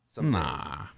Nah